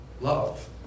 love